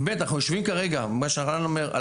אנחנו יושבים כרגע על הקריטריונים,